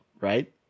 Right